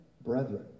brethren